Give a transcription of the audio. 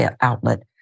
outlet